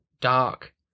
dark